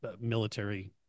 military